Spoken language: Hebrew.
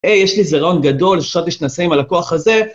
אה, יש לי איזה רעיון גדול, חשבתי שתנסה עם הלקוח הזה.